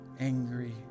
angry